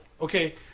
Okay